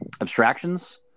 abstractions